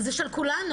זה של כולנו.